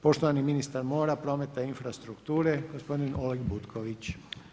Poštovani ministar mora, prometa i infrastrukture gospodin Oleg Butković.